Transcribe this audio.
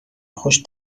خوش